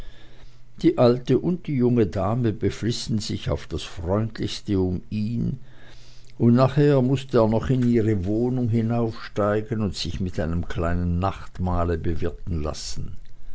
die alte und die junge dame beflissen sich auf das freundlichste um ihn und nachher mußte er noch in ihre wohnung hinaufsteigen und sich mit einem kleinen nachtmahl bewirten lassen